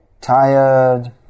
tired